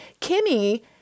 Kimmy